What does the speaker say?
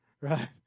Right